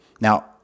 Now